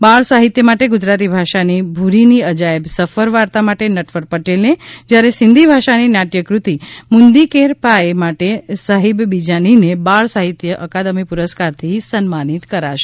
બાળ સાહિત્ય માટે ગુજરાતી ભાષાની ભૂરીની અજાયબ સફર વાર્તા માટે નટવર પટેલને જ્યારે સિંધિ ભાષાની નાટ્યકૃતિ મુંદી કેર પાયે માટે સાહિબ બિજાનીને બાળ સાહિત્ય અકાદમી પુરસ્કારથી સન્માનિત કરાશે